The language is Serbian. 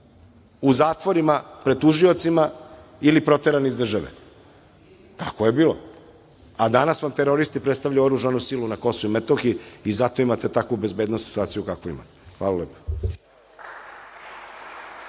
u zatvorima, pred tužiocima ili proterani iz države. Tako je bilo. A danas vam teroristi prestavljaju oružanu silu na Kosovu i Metohiji i zato imate takvu bezbednosnu situaciju kakvu imate. Hvala lepo.